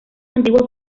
antiguos